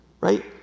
right